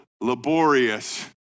laborious